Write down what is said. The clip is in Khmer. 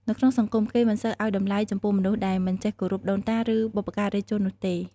នៅក្នុងសង្គម គេមិនសូវឱ្យតម្លៃចំពោះមនុស្សដែលមិនចេះគោរពដូនតា ឬបុព្វការីជននោះទេ។